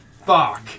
Fuck